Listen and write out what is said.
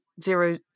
zero